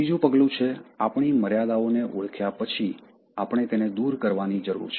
ત્રીજું પગલું છે આપણી મર્યાદાઓને ઓળખ્યા પછી આપણે તેને દૂર કરવાની જરૂર છે